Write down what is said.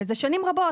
וזה שנים רבות,